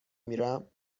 میرم